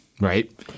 right